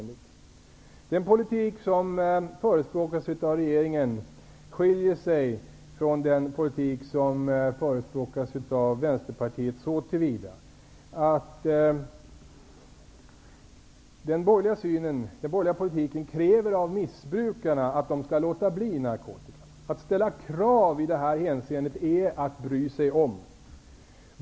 Den politik som förespråkas av regeringen skiljer sig från den som förespråkas av Vänsterpartiet så till vida att den borgerliga politiken kräver av missbrukarna att de skall låta bli narkotika. Att ställa krav är i det här hänseendet att bry sig om.